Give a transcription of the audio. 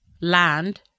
land